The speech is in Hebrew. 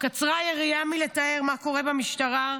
קצרה היריעה מלתאר מה קורה במשטרה.